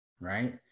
right